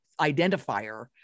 identifier